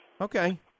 Okay